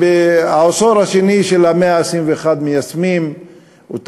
בעשור השני של המאה ה-21 מיישמים אותם